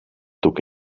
took